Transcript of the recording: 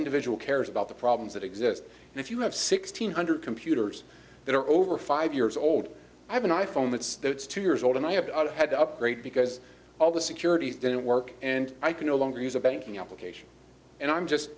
individual cares about the problems that exist and if you of sixteen hundred computers that are over five years old i have an i phone that's that's two years old and i have had to upgrade because all the securities didn't work and i can no longer use a banking application and i'm just